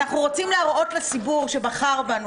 אנחנו רוצים להראות לציבור שבחר בנו